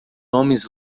homens